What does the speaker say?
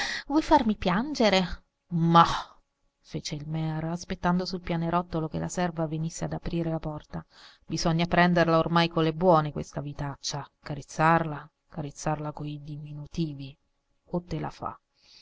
vuoi farmi piangere mah fece il mear aspettando sul pianerottolo che la serva venisse ad aprire la porta bisogna prenderla ormai con le buone questa vitaccia carezzarla carezzarla coi diminutivi o te la fa